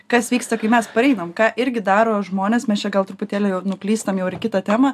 kas vyksta kai mes pareinam ką irgi daro žmonės mes čia gal truputėlį jau ir nuklystam jau ir į kitą temą